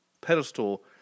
pedestal